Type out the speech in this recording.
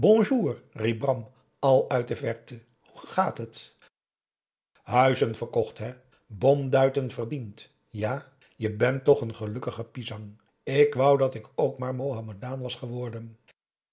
al uit de verte hoe gaat het huizen verkocht hè bom duiten verdiend ja je bent toch n gelukkige pisang ik wou dat ik ook maar mohammedaan was geworden